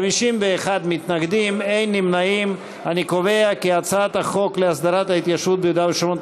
ההצעה להעביר את הצעת חוק להסדרת ההתיישבות ביהודה והשומרון,